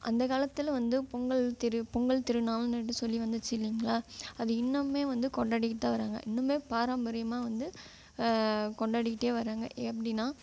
அந்த காலத்தில் வந்து பொங்கல் திரு பொங்கல் திருநாள்ன்னு சொல்லி வந்துச்சு இல்லைங்ளா அது இன்னமுமே வந்து கொண்டாடிகிட்டுதான் வராங்க இன்னுமே பாரம்பரியமாக வந்து கொண்டாடிகிட்டே வராங்க எப்படினா